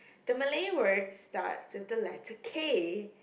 the Malay word starts with the letter K